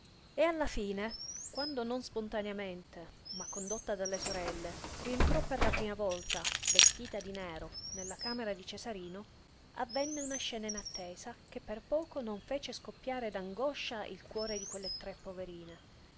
e alla fine quando non spontaneamente ma condotta dalle sorelle rientrò per la prima volta vestita di nero nella camera di cesarino avvenne una scena inattesa che per poco non fece scoppiare d'angoscia il cuore di quelle tre poverine